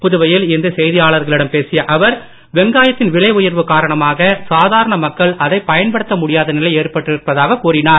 புதுவையில் இன்று செய்தியாளர்களிடம் பேசிய அவர் வெங்காயத்தின் விலை உயர்வு காரணமாக சாதாரண மக்கள் அதை பயன்படுத்த முடியாத நிலை ஏற்பட்டிருப்பதாக கூறினார்